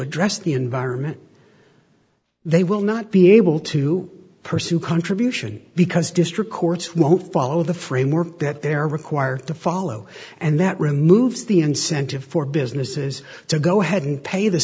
address the environment they will not be able to pursue contribution because district courts won't follow the framework that they're required to follow and that removes the incentive for businesses to go ahead and pay the